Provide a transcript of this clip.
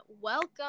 Welcome